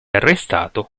arrestato